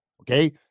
Okay